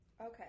Okay